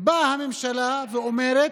באה הממשלה ואומרת: